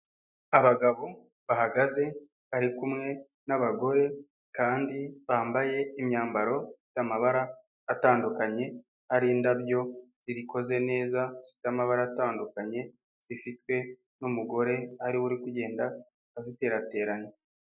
Abagabo bahagaze bari kumwe n'abagore kandi bambaye imyambaro ifite amabara atandukanye ari indabyo zikoze neza zifite amabara atandukanye zifitwe n'umugore ariwe uri kugenda aziterateranya.